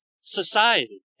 society